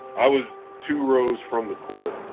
i was two rows from the court.